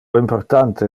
importante